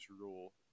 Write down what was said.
rule